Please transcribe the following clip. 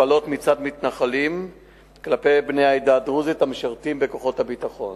השפלות מצד מתנחלים כלפי בני העדה הדרוזית המשרתים בכוחות הביטחון.